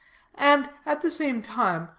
and, at the same time,